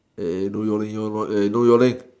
eh eh don't yawning yawn eh no yawning